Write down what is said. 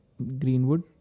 greenwood